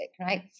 right